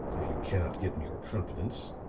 if you cannot give me your confidence,